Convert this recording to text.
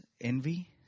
envy